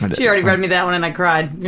but she already read me that one and i cried.